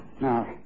Now